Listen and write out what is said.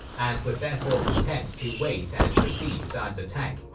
and was therefore content to wait and receive sa'd's attack,